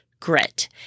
grit